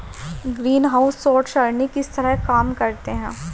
greenhouse सौर सरणी किस तरह काम करते हैं